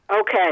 Okay